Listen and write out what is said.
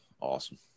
awesome